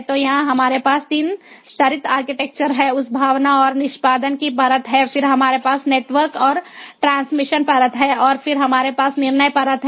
तो यहां हमारे पास 3 स्तरित आर्किटेक्चर है उस भावना और निष्पादन की परत है फिर हमारे पास नेटवर्क और ट्रांसमिशन परत है और फिर हमारे पास निर्णय परत है